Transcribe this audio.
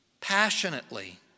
passionately